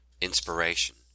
Inspiration